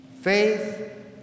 Faith